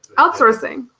outsourcing.